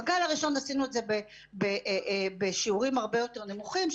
בגל הראשון עשינו את זה בשיעורים הרבה יותר נמוכים,